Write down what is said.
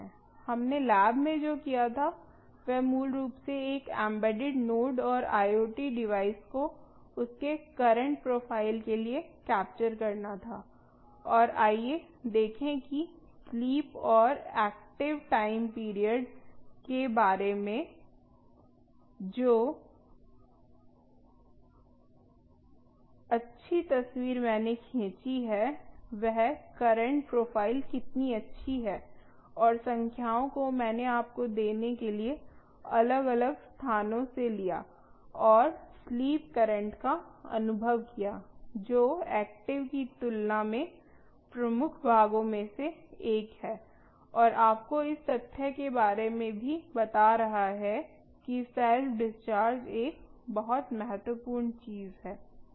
हमने लैब में जो किया था वह मूल रूप से एक एम्बेडेड नोड और IoT डिवाइस को उसके करंट प्रोफाइल के लिए कैप्चर करना था और आइए देखें कि स्लीप और एक्टिव टाइम पीरियड के बारे में जो अच्छी तस्वीर मैंने खींची है वह करंट प्रोफाइल कितनी अच्छी है और संख्याओं को मैंने आपको देने के लिए अलग अलग स्थानों से लिया और स्लीप करंट का अनुभव किया जो एक्टिव की तुलना में प्रमुख भागों में से एक है और आपको इस तथ्य के बारे में भी बता रहा है कि सेल्फ डिस्चार्ज एक बहुत महत्वपूर्ण चीज है